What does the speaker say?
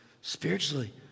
spiritually